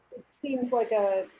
seems like ah